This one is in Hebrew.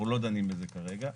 אנחנו לא דנים בזה כרגע.